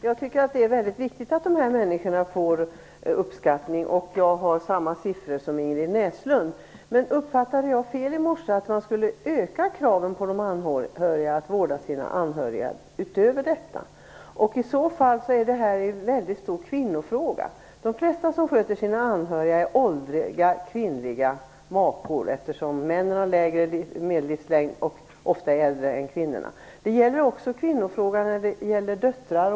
Fru talman! Det är väldigt viktigt att dessa människor får uppskattning. Jag har samma siffror som Ingrid Näslund. Men missuppfattade jag i morse att man skall öka kraven när det gäller att vårda de anhöriga? I så fall är detta en väldigt stor kvinnofråga. De flesta som sköter sina anhöriga är åldriga kvinnliga makor, eftersom männen har lägre medellivslängd och ofta är äldre än kvinnorna. Det är också en kvinnofråga när det gäller döttrar.